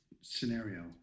scenario